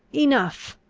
enough!